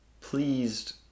pleased